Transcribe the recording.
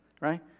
right